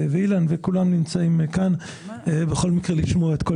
אילן וכולם נמצאים כאן כדי לשמוע את כל